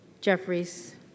Jeffries